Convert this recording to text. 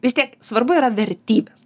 vis tiek svarbu yra vertybės